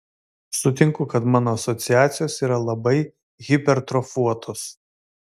sutinku kad mano asociacijos yra labai hipertrofuotos